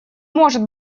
может